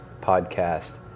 podcast